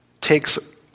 takes